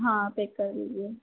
हाँ पैक कर दीजिए